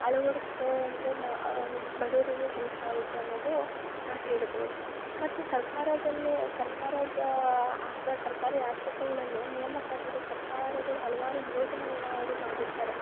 ಅಳವಡ್ಸ್ಕೊಂಡರೆ ನ ಬಡವರಿಗೆ ಹೆಲ್ಪ್ ಆಗುತ್ತೆ ಅನ್ನೋದು ನಾವು ಹೇಳ್ಬೋದು ಮತ್ತು ಸರ್ಕಾರದಲ್ಲೇ ಸರ್ಕಾರದ ಆಸ್ಪ ಸರ್ಕಾರಿ ಆಸ್ಪತ್ರೆಗಳಲ್ಲೇ ನೇಮಕಾತಿ ಸರ್ಕಾರಗಳು ಹಲವಾರು ಯೋಜನೆಗಳನ್ನ ಅವರು ಮಾಡಿರ್ತಾರೆ